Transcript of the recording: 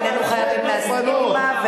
איננו חייבים להסכים עמה,